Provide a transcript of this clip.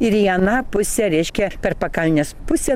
ir į aną pusę reiškia per pakalnės pusę